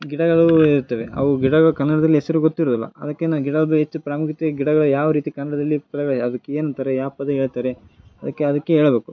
ಗಿಡಗಳು ಇರುತ್ತವೆ ಅವು ಗಿಡಗಳು ಕನ್ನಡದಲ್ಲಿ ಹೆಸ್ರು ಗೊತ್ತಿರುವುದಿಲ್ಲ ಅದಕ್ಕೆ ನ ಗಿಡಕ್ಕೆ ಹೆಚ್ಚು ಪ್ರಾಮುಖ್ಯತೆ ಗಿಡಗಳ ಯಾವ ರೀತಿ ಕನ್ನಡದಲ್ಲಿ ಅದಕ್ಕೆ ಏನು ಅಂತಾರೆ ಯಾವ ಪದ ಹೇಳ್ತರೆ ಅದಕ್ಕೆ ಅದಕ್ಕೆ ಹೇಳಬೇಕು